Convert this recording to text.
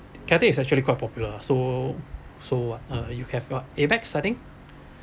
Cathay is actually quite popular so so what you have what Amex I think